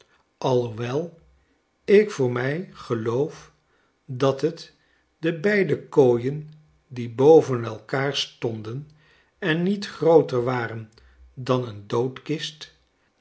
alhoewel ik voor mij geloof dat het de beide kooien die boven eikaar stonden en niet grooter waren dan een